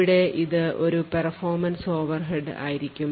ഇവിടെ ഇത് ഒരു perfomance ഓവർഹെഡ് ആയിരിക്കും